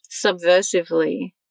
subversively